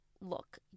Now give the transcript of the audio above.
Look